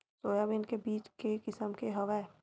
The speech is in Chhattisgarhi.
सोयाबीन के बीज के किसम के हवय?